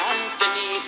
Anthony